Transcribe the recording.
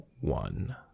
one